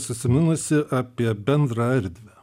susiminusi apie bendrą erdvę